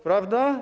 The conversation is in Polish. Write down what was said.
Prawda?